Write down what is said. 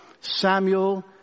Samuel